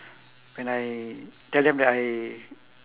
when I tell them that I